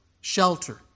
shelter